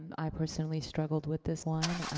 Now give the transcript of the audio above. i personally struggled with this one,